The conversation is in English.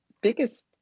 biggest